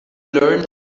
learn